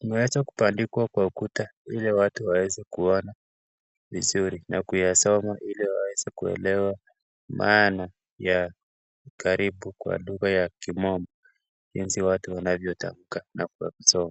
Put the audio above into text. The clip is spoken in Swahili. imewezwa kubandikwa kwa ukuta ili watu waweze kuona vizuri na kuyasoma ili waweze kuelewa maana ya karibu kwa lugha ya kimombo jinsi watu wanavyotaamka na kusoma.